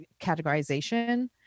categorization